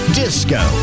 disco